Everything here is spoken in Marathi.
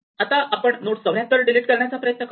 आता आपण नोड 74 डिलीट करण्याचा प्रयत्न करू